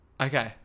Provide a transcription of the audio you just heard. Okay